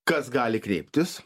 kas gali kreiptis